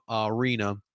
arena